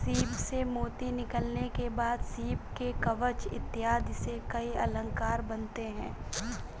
सीप से मोती निकालने के बाद सीप के कवच इत्यादि से कई अलंकार बनते हैं